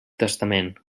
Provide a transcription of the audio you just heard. testament